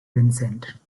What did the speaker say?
vincent